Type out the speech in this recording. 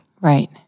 Right